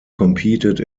competed